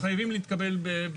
חייבים להתקבל.